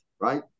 right